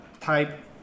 type